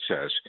says